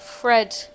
Fred